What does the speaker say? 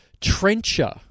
Trencher